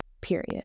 period